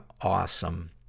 awesome